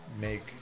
make